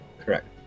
correct